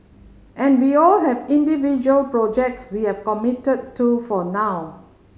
and we all have individual projects we have committed to for now